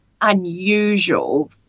unusual